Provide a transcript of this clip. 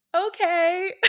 Okay